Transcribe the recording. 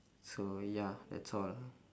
so ya that's all